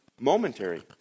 momentary